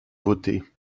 voter